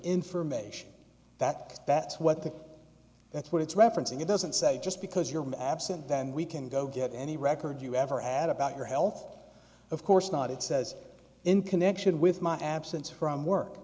information that that's what the that's what it's referencing it doesn't say just because you're an absent then we can go get any record you ever had about your health of course not it says in connection with my absence from work